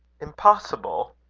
impossible!